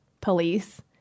police